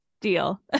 Deal